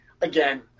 again